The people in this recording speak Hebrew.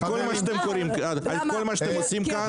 אתם תשלמו על כל מה שאתם עושים כאן.